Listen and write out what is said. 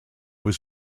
was